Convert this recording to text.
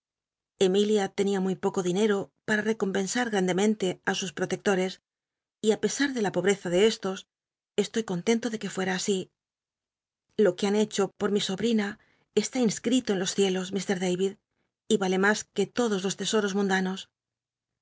emilia tenia muy poco dinero para recompensar grandemente t sus protecto y t pesar de la poll'eza do os tos estoy con tonto do que fuera así lo qu e han hacho pot mi sobtina está inscl'ito en los cielos ifr david y vale mas que todos los tesoros mundanos